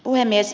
puhemies